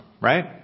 Right